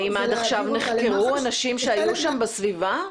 האם עד עכשיו נחקרו אנשים שהיו שם בסביבה?